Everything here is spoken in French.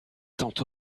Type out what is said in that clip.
tante